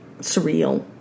surreal